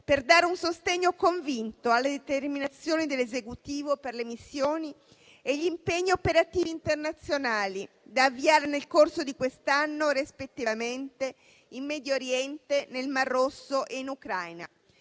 per dare un sostegno convinto alle determinazioni dell'Esecutivo per le missioni e gli impegni operativi internazionali da avviare nel corso di quest'anno rispettivamente in Medio Oriente, nel Mar Rosso e in Ucraina.